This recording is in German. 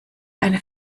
eine